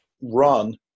run